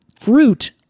fruit